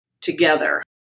together